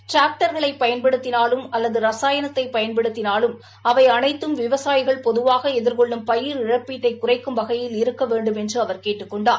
ட்ராக்டர்களை பயன்படுத்தினாலும் அல்லது ரசாயனத்தை பயன்படுத்தினாலும் அவை அனைத்தும் விவசாயிகள் பொதுவாக எதிர்கொள்ளும் பயிர் இழப்பீட்டை குறைக்கும் வகையில் இருக்க வேண்டும் என்று அவர் கேட்டுக் கொண்டார்